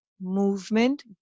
movement